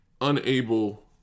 unable